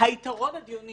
היתרון הדיוני